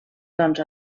doncs